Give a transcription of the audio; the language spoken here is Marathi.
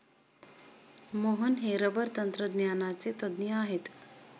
मोहन हे रबर तंत्रज्ञानाचे तज्ज्ञ आहेत